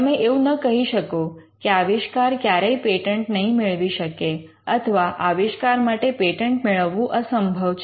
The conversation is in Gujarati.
તમે એવું ન કહી શકો કે આવિષ્કાર ક્યારેય પેટન્ટ નહીં મેળવી શકે અથવા આવિષ્કાર માટે પેટન્ટ મેળવવું અસંભવ છે